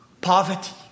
Poverty